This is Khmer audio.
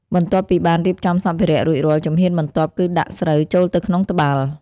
បន្ទាប់ពីបានរៀបចំសម្ភារៈរួចរាល់ ជំហានបន្ទាប់គឺការដាក់ស្រូវចូលទៅក្នុងត្បាល់។